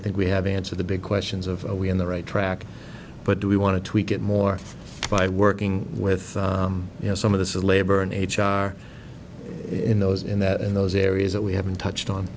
i think we have answered the big questions of we on the right track but we want to tweak it more by working with you know some of the labor in h r in those in that in those areas that we haven't touched on